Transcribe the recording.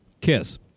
kiss